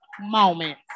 Moment